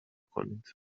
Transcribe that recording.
کنید